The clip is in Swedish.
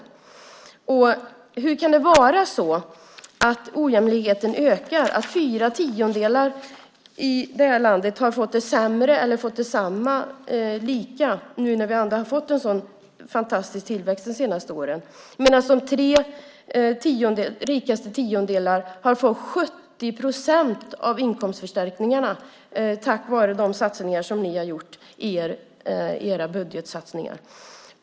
Hur kan det vara så att ojämlikheten ökar, att fyra tiondelar i det här landet har fått det sämre eller har det likadant fast vi har fått en sådan fantastisk tillväxt de senaste åren, medan de tre rikaste tiondelarna har fått 70 procent av inkomstförstärkningarna tack vare era budgetsatsningar?